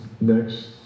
Next